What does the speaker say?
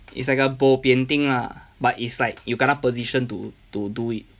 it's like a bobian thing lah but it's like you kena position to to do it